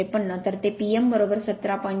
53 तर ते P m 17